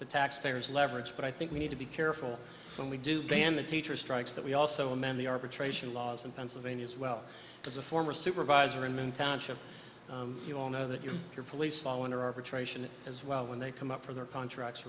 the taxpayers leverage but i think we need to be careful when we do ban the teacher strikes that we also amend the arbitration laws in pennsylvania as well as a former supervisor in mn township you all know that you your police fall under arbitration as well when they come up for their contracts